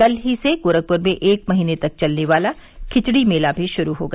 कल ही से गोरखपुर में एक महीने तक चलने वाला खिचड़ी मेला भी शुरू हो गया